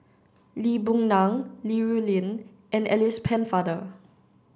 Lee Boon Ngan Li Rulin and Alice Pennefather